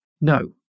No